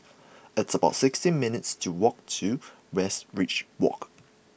it's about sixteen minutes to walk to Westridge Walk